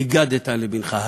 והגדת לבנך.